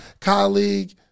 colleague